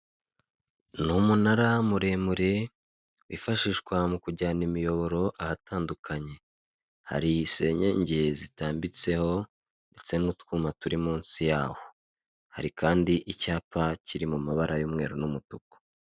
Ni umunara muremure wifashishwa mu kujyana imiyoboro ahatandukanye. Hari senyenge zitambitseho ndetse n'utwuma turi munsi yaho. Hari kandi icyapa kiri mu mabara y'umweru n'umutuku.